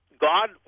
God